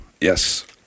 yes